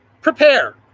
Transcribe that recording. Prepare